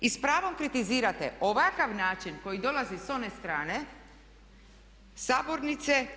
I s pravom kritizirate ovakav način koji dolazi s one strane sabornice.